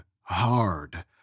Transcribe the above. hard